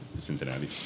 Cincinnati